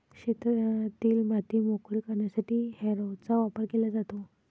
शेतातील माती मोकळी करण्यासाठी हॅरोचा वापर केला जातो